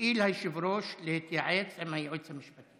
יואיל היושב-ראש להתייעץ עם היועץ המשפטי.